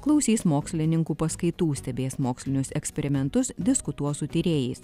klausys mokslininkų paskaitų stebės mokslinius eksperimentus diskutuos su tyrėjais